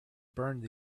burned